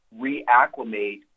reacclimate